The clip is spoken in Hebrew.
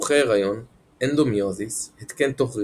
סיבוכי הריון, אדנומיוזיס, התקן תוך רחמי,